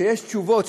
כשיש תשובות,